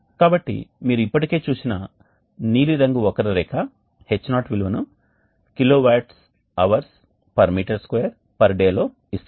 కాబట్టి మీరు ఇప్పటికే చూసిన నీలిరంగు వక్రరేఖHo విలువను kwh m2 day లలో ఇస్తుంది